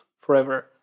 forever